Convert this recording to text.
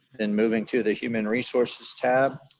and moving to the human resources tab,